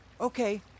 Okay